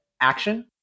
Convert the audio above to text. action